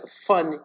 fun